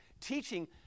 teaching